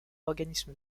organismes